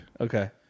Okay